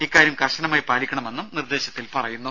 ഇക്കാര്യം കർശനമായി പാലിക്കണമെന്നും നിർദേശത്തിൽ പറയുന്നു